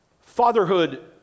Fatherhood